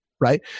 right